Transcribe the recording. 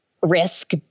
risk